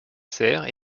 serres